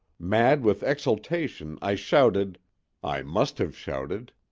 mad with exultation i shouted i must have shouted,